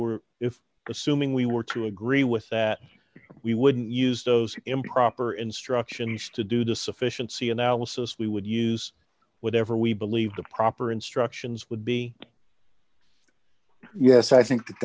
were if assuming we were to agree with that we wouldn't use those improper instructions to do the sufficiency analysis we would use whatever we believe the proper instructions would be yes i think that